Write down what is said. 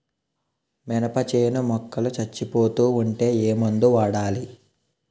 మినప చేను మొక్కలు చనిపోతూ ఉంటే ఏమందు వాడాలి?